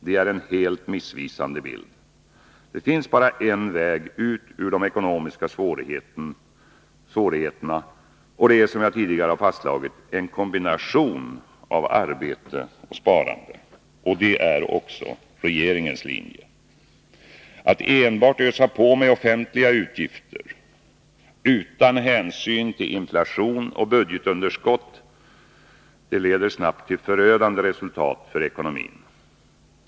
Det är en helt missvisande bild. Det finns bara en väg ut ur de ekonomiska svårigheterna, och det är, som jag tidigare fastslagit, en kombination av arbete och sparande. Det är också regeringens linje. Att enbart ösa på med offentliga utgifter utan hänsyn till inflation och budgetunderskott leder snabbt till förödande resultat för ekonomin.